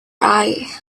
eye